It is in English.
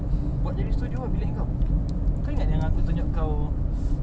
buat jadi studio ah bilik engkau ke ingat yang aku tunjuk kau